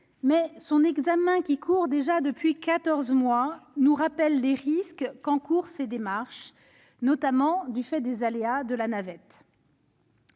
mais son examen, qui a commencé depuis déjà quatorze mois, nous rappelle les risques qu'encourent ces démarches, notamment du fait des aléas de la navette.